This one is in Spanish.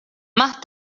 más